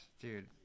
dude